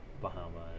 Bahamas